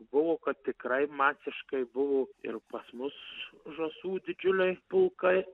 buvo kad tikrai masiškai buvo ir pas mus žąsų didžiuliai pulkai